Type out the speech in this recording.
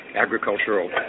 agricultural